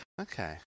Okay